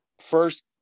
first